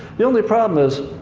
the only problem is,